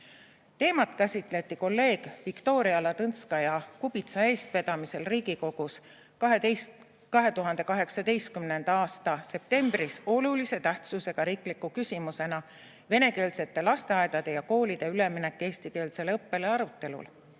Teemat käsitleti kolleeg Viktoria Ladõnskaja-Kubitsa eestvedamisel Riigikogus 2018. aasta septembris olulise tähtsusega riikliku küsimuse "Venekeelsete lasteaedade ja koolide üleminek eestikeelsele õppele" arutelul.